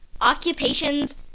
occupations